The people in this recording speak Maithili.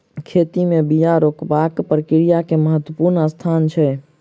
खेती में बिया रोपबाक प्रक्रिया के महत्वपूर्ण स्थान छै